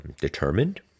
determined